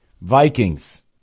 Vikings